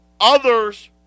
Others